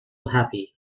happy